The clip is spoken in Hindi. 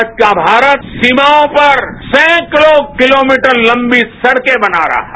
आज का भारत सीमाओं पर सैंकड़ों किलोमीटर लंबी सड़के बना रहा है